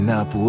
up